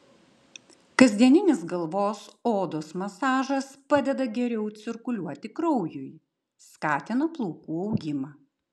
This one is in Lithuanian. kasdieninis galvos odos masažas padeda geriau cirkuliuoti kraujui skatina plaukų augimą